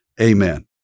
amen